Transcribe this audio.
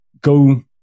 go